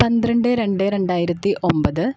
പന്ത്രണ്ട് രണ്ട് രണ്ടായിരത്തി ഒമ്പത്